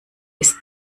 ist